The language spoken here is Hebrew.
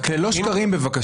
רק ללא שקרים בבקשה.